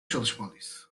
çalışmalıyız